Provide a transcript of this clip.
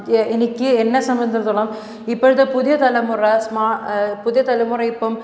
എനിക്ക് എന്നെ സംബന്ധിച്ചിടത്തോളം ഇപ്പോഴത്തെ പുതിയ തലമുറ പുതിയ തലമുറ ഇപ്പം